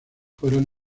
fueron